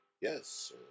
yes